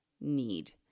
need